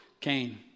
Cain